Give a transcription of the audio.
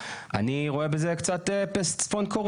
אני רואה בזה קצת צפון-קוריאה,